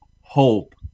hope